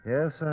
Yes